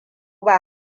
ba